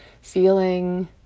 feeling